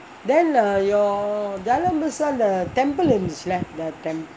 then your jalan besar the temple இருந்துச்சு லே:irunthuchu lae